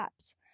apps